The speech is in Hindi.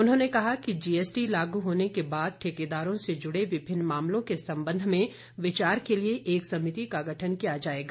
उन्होंने कहा कि जीएसटी लागू होने के बाद ठेकेदारों से जुड़े विभिन्न मामलों के संबंध में विचार के लिए एक समिति का गठन किया जाएगा